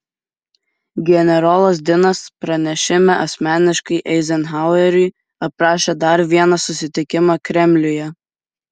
generolas dinas pranešime asmeniškai eizenhaueriui aprašė dar vieną susitikimą kremliuje